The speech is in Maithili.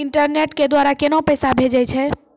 इंटरनेट के द्वारा केना पैसा भेजय छै?